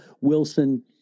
Wilson